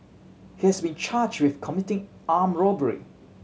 he has been charged with committing arm robbery